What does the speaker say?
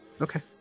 Okay